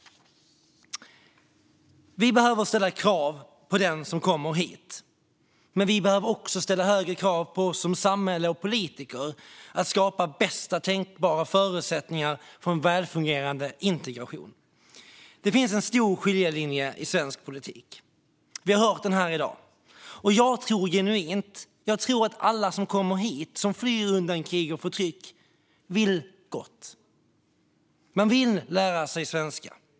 Vi behöver ställa krav på dem som kommer hit, men vi behöver också ställa högre krav på oss som samhälle och politiker att skapa bästa tänkbara förutsättningar för en välfungerande integration. Det finns en stor skiljelinje i svensk politik. Vi har hört om den här i dag. Jag tror genuint att alla som kommer hit och flyr undan krig och förtryck vill gott. Man vill lära sig svenska.